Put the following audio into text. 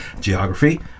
Geography